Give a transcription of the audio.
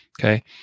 okay